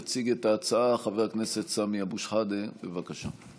יציג את ההצעה חבר הכנסת סמי אבו שחאדה, בבקשה.